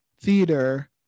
theater